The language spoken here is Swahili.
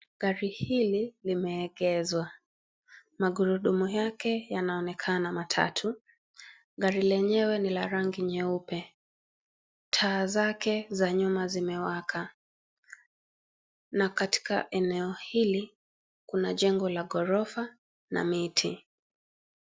Gari hili limeegezwa, magurudumu yake yanaonekana matatu. Gari lenyewe ni la rangi nyeupe. Taa zake za nyuma zimewaka, na katika eneo hili kuna jengo la ghorofa na miti.